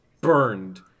burned